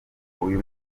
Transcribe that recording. uyu